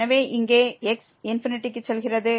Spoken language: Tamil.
எனவே இங்கே x ∞ க்கு செல்கிறது